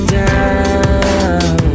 down